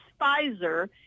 Pfizer